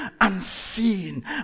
unseen